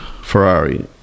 Ferrari